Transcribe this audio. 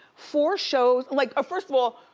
four shows. like ah first of all,